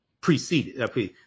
preceded